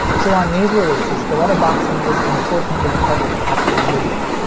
so on these releases the letterboxing is unfortunately part of the actual video.